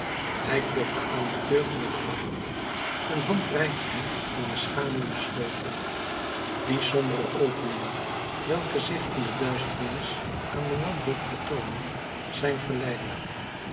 hij klopte aan de deur van het graf een hand reikte hem in de schaduw den sleutel die sombere openingen welke zich in de duisternis aan de wanhoop vertoonen zijn verleidelijk